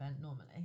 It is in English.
normally